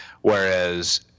Whereas